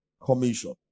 commission